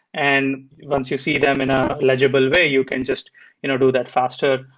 and once you see them in a legible way, you can just you know do that faster,